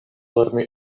lerni